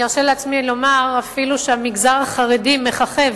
אני ארשה לעצמי לומר שאפילו שהמגזר החרדי מככב